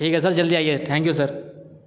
ٹھیک ہے سر جلدی آئیے تھینک یو سر